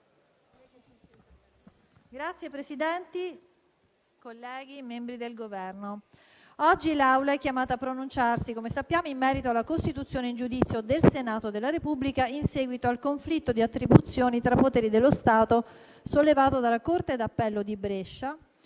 Signor Presidente, membri del Governo, colleghi, oggi l'Assemblea è chiamata a pronunciarsi, come sappiamo, in merito alla costituzione in giudizio del Senato della Repubblica in seguito al conflitto di attribuzioni tra poteri dello Stato sollevato dalla corte d'appello di Brescia,